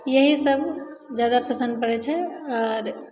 यहीसब जादा पसन्द पड़ै छै आओर